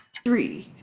three,